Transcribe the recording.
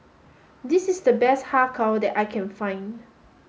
this is the best Har Kow that I can find